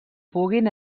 puguin